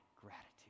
gratitude